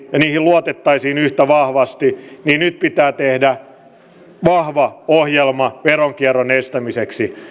luotettaisiin yhtä vahvasti niin nyt pitää tehdä vahva ohjelma veronkierron estämiseksi